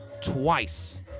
twice